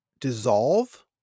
dissolve